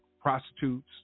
prostitutes